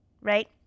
right